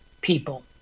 people